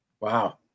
Wow